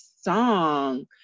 song